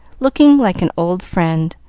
looking like an old friend,